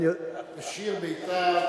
"שתי גדות לירדן",